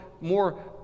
more